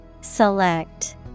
Select